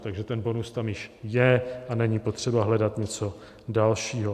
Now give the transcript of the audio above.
Takže ten bonus tam již je, není potřeba hledat něco dalšího.